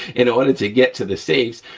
in order to get to the safes.